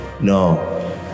No